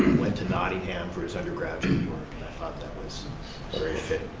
went to nottingham for his undergraduate work. i thought that was very fit.